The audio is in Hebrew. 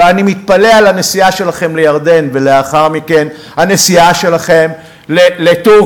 ואני מתפלא על הנסיעה שלכם לירדן ולאחר מכן הנסיעה שלכם לטורקיה.